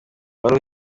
uwari